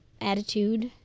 attitude